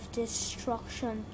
destruction